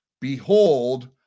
Behold